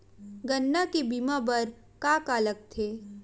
गन्ना के बीमा बर का का लगथे?